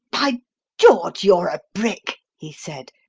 by george, you're a brick! he said,